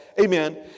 amen